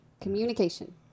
Communication